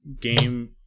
game